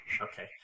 Okay